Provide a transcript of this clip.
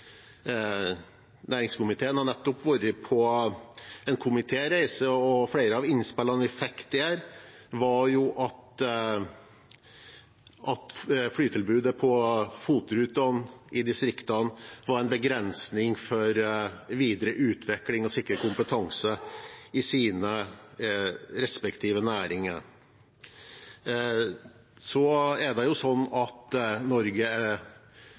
Næringskomiteen har nettopp vært på en komitéreise, og flere av innspillene vi fikk da, var at flytilbudet på FOT-rutene i distriktene var en begrensning for videre utvikling og det å sikre kompetanse i sine respektive næringer. Norge er langt, og det meste er nord. Helgeland er